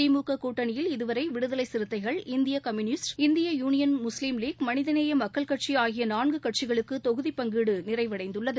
திமுக கூட்டணியில் இதுவரை விடுதலை சிறுத்தைகள் இந்திய கம்யூனிஸ்ட் இந்திய யூனியன் முஸ்லீம் லீக் மனிதநேய மக்கள் கட்சி ஆகிய நான்கு கட்சிகளுக்கு தொகுதி பங்கீடு நிறைவடைந்துள்ளது